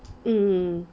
mm mm